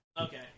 Okay